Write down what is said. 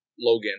Logan